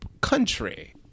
country